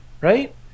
right